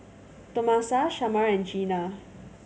Tomasa Shamar and Jeanna